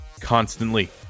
constantly